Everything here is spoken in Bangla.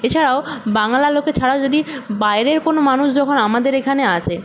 এছাড়াও বাংলার লোক ছাড়া যদি বাইরের কোনো মানুষ যখন আমাদের এখানে আসে